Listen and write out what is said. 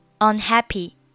unhappy